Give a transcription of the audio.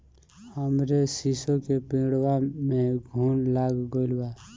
हमरे शीसो के पेड़वा में घुन लाग गइल बा